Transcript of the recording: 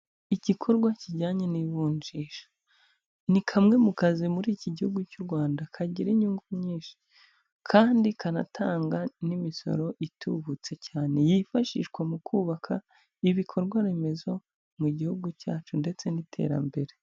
Igikorwa kijyanye n'ivunjisha. ni kamwe mu kazi muri iki gihugu cy'u Rwanda kagira inyungu nyinshi kandi kanatanga n'imisoro itubutse cyane, yifashishwa mu kubaka ibikorwaremezo mu gihugu cyacu ndetse n'iterambere.